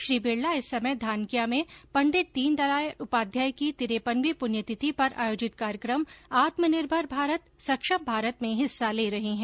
श्री बिरला इस समय धानक्या में पंडित दीनदयाल उपाध्याय की तिरेपनवीं पुण्यतिथि पर आयोजित कार्यक्रम आत्मनिर्भर भारत सक्षम भारत में हिस्सा ले रहे हैं